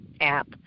app